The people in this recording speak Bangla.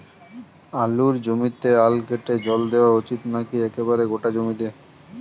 আলুর জমিতে আল কেটে জল দেওয়া উচিৎ নাকি একেবারে গোটা জমিতে?